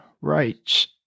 rights